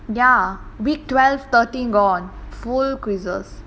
ya weak twelve thirteen gone full quizzes